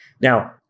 Now